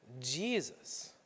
Jesus